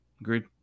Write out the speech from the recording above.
Agreed